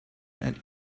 and